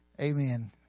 amen